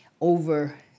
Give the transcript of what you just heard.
over